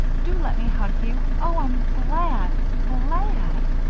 do let me hug you. oh, i'm glad glad!